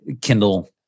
Kindle